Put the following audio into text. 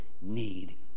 need